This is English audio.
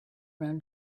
around